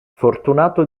fortunato